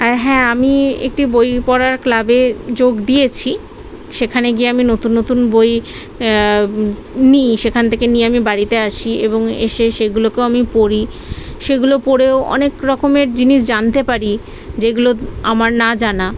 আর হ্যাঁ আমি একটি বই পড়ার ক্লাবে যোগ দিয়েছি সেখানে গিয়ে আমি নতুন নতুন বই নিই সেখান থেকে নিয়ে আমি বাড়িতে আসি এবং এসে সেগুলোকেও আমি পড়ি সেগুলো পড়েও অনেক রকমের জিনিস জানতে পারি যেগুলো আমার না জানা